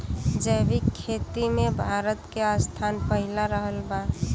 जैविक खेती मे भारत के स्थान पहिला रहल बा